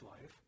life